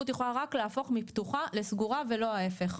יכולה רק להפוך מפתוחה לסגורה ולא ההיפך.